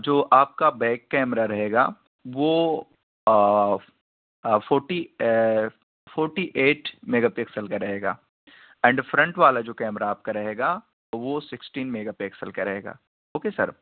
جو آپ کا بیک کیمرہ رہے گا وہ forty forty eight mega pixel کا رہے گا اینڈ فرنٹ والا جو کیمرہ آپ کا رہے گا وہ سکسٹین میگا پکسل کا رہے گا اوکے سر